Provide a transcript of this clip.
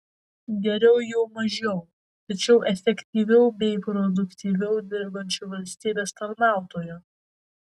geriau jau mažiau tačiau efektyviau bei produktyviau dirbančių valstybės tarnautojų